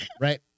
Right